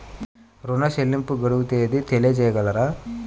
ఋణ చెల్లింపుకు గడువు తేదీ తెలియచేయగలరా?